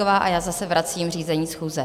A já zase vracím řízení schůze.